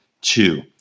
two